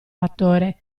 fattore